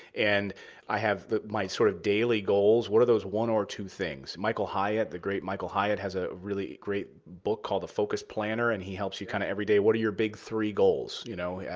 and i have my sort of daily goals. what are those one or two things? michael hyatt, the great michael hyatt, has a really great book called the focused planner. and he helps you kind of everyday, what are your big three goals? you know, yeah